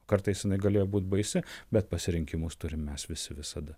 kartais jinai galėjo būt baisi bet pasirinkimus turim mes visi visada